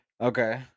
Okay